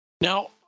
Now